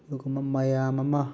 ꯑꯗꯨꯒꯨꯝꯕ ꯃꯌꯥꯝ ꯑꯃ